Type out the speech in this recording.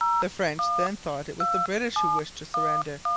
the french then thought it was the british who wished to surrender,